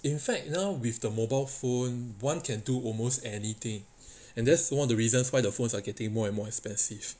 in fact now with the mobile phone one can do almost anything and that's one of the reasons why the phones are getting more and more expensive